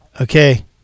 okay